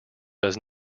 does